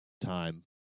time